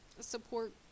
support